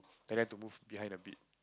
direct the booth behind a bit